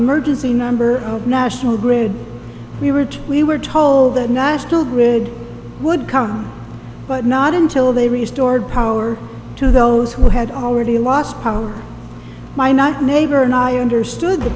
emergency number of national grid we were to we were told that national grid would come but not until they restored power to those who had already lost power why not neighbor and i understood the